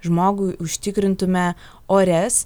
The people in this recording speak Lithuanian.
žmogui užtikrintume orias